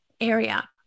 area